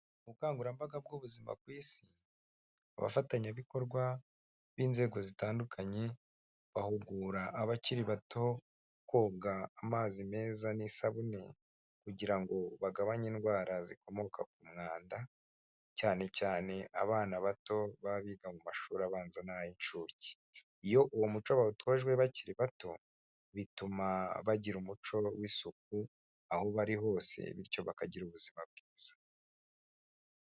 Ubukangurambaga bw'ubuzima ku Isi, abafatanyabikorwa b'inzego zitandukanye, bahugura abakiri bato koga amazi meza n'isabune kugira ngo bagabanye indwara zikomoka ku mwanda, cyane cyane abana bato baba biga mu mashuri abanza n'ay'inshuke, iyo uwo muco bawutojwe bakiri bato, bituma bagira umuco w'isuku aho bari hose bityo bakagira ubuzima bwiza.